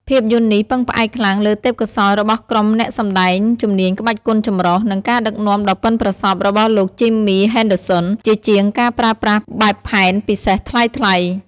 ភាពយន្តនេះពឹងផ្អែកខ្លាំងលើទេពកោសល្យរបស់ក្រុមអ្នកសម្ដែងជំនាញក្បាច់គុនចម្រុះ និងការដឹកនាំដ៏ប៉ិនប្រសប់របស់លោក Jimmy Henderson ជាជាងការប្រើប្រាស់បែបផែនពិសេសថ្លៃៗ។